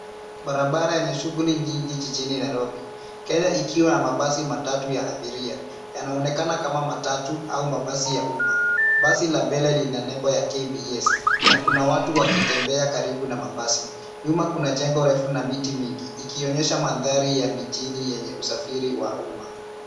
Barabara yenye shughuli nyingi jijini Nairobi, Kenya, ikiwa na mabasi matatu ya abiria. Yanaonekana kama matatu au mabasi ya umma. Basi la mbele lina nembo ya KBS,na kuna watu wakitembea karibu na mabasi. Nyuma kuna jengo na miti mingi, ikionyesha mandhari ya mijini yenye usafiri wa umma.